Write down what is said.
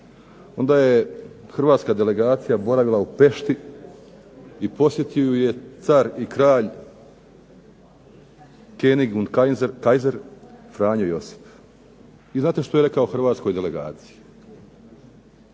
onda je hrvatska delegacija boravila u Pešti i posjetio ju je car i kralj, König und Kaiser Franjo Josip. I znate što je rekao hrvatskoj delegaciji?